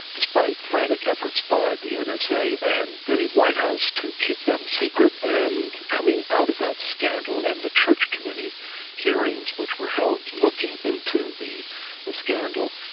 despite frantic efforts by the and and nsa and the white house to keep them secret. and coming out of that scandal and and the church committee hearings which were held looking into the the scandal,